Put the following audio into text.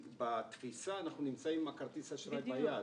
בתפיסה אנחנו נמצאים עם כרטיס האשראי ביד.